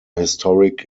historic